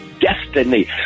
destiny